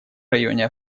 районе